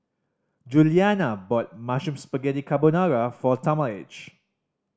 Juliana bought Mushroom Spaghetti Carbonara for Talmadge